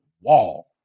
wall